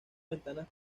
ventanas